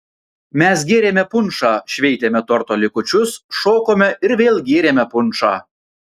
mes gėrėme punšą šveitėme torto likučius šokome ir vėl gėrėme punšą